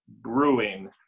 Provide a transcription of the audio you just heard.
Brewing